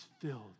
filled